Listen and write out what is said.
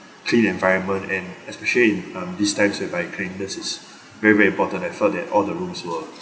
clean environment and especially in um these times whereby cleanliness is very very important I felt that all the rooms were